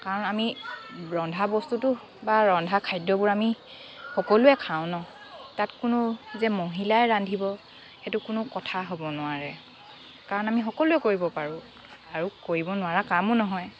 কাৰণ আমি ৰন্ধা বস্তুটো বা ৰন্ধা খাদ্যবোৰ আমি সকলোৱে খাওঁ ন তাত কোনো যে মহিলাই ৰান্ধিব সেইটো কোনো কথা হ'ব নোৱাৰে কাৰণ আমি সকলোৱে কৰিব পাৰোঁ আৰু কৰিব নোৱাৰা কামো নহয়